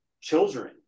children